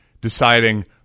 deciding